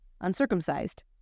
uncircumcised